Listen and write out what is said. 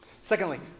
Secondly